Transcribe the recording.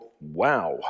wow